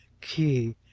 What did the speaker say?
key,